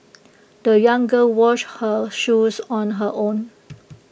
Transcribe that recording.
the young girl washed her shoes on her own